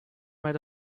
made